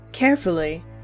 Carefully